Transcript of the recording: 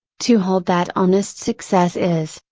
to hold that honest success is,